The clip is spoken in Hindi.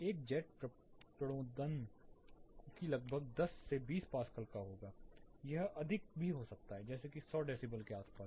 एक जेट प्रणोदन की लगभग 10 से 20 पास्कल का होगा यह अधिक भी हो सकता है जैसे कि 100 डेसिबल के आसपास